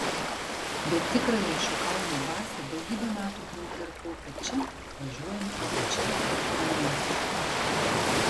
bet tikrąją šio kalno dvasią daugybę metų kaupė ir kaupia čia atvažiuojantys čia ateinantys